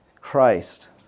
Christ